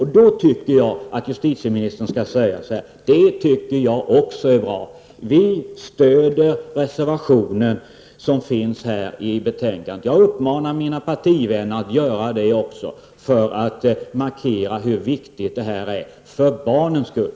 Jag tycker att justitieministern skall säga att också hon tycker att det är bra. Vi stöder reservationen i betänkandet, och jag uppmanar mina partivänner att göra det för att markera hur viktigt det här är för barnens skull.